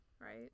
right